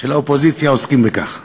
של האופוזיציה עוסקים בכך.